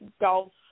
golf